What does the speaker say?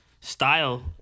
style